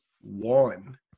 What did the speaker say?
one